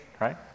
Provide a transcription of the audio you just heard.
right